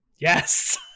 Yes